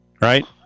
Right